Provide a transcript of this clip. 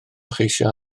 cheisio